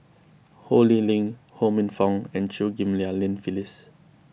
Ho Lee Ling Ho Minfong and Chew Ghim Lian Phyllis